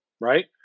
Right